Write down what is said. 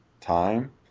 time